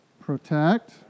Protect